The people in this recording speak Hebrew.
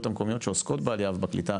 המקומיות שעוסקות בעלייה ובקליטה,